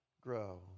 grow